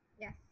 Yes